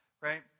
right